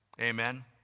Amen